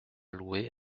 louer